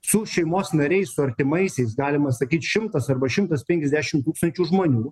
su šeimos nariais su artimaisiais galima sakyt šimtas arba šimtas penkiasdešim tūkstančių žmonių